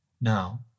Now